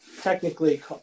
technically